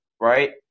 right